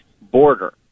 border